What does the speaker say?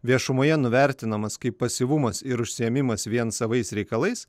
viešumoje nuvertinamas kaip pasyvumas ir užsiėmimas vien savais reikalais